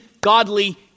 godly